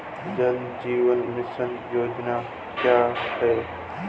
जल जीवन मिशन योजना क्या है?